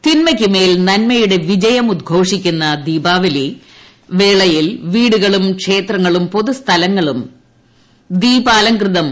തിന്മയ്ക്കുമേൽ നന്മയുടെ വിജയം ഉദ്ഘോഷിക്കുന്ന ദീപാവലി വേളയിൽ വീടുകളും ക്ഷേത്രങ്ങളും പൊതുസ്ഥലങ്ങളും ദീപാലംകൃതമായി